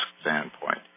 standpoint